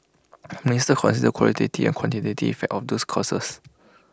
the minister considered the qualitative and quantitative effects of these clauses